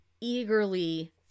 eagerly